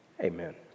amen